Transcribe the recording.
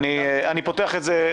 אני פותח את זה,